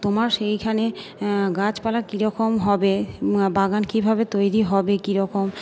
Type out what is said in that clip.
তোমার সেইখানে গাছপালা কীরকম হবে বাগান কীভাবে তৈরি হবে কীরকম